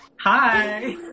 Hi